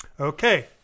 Okay